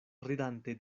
ridante